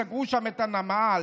סגרו שם את הנמל,